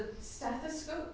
stethoscope